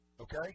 Okay